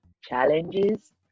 challenges